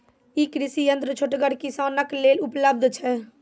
ई कृषि यंत्र छोटगर किसानक लेल उपलव्ध छै?